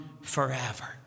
forever